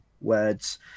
words